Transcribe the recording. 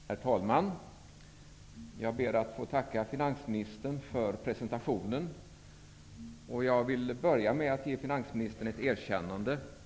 Herr talman! Jag ber att få tacka finansministern för presentationen. Jag vill börja med att ge finansministern ett erkännande.